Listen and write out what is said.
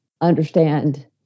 understand